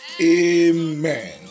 Amen